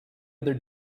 other